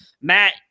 Matt –